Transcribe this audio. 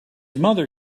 mother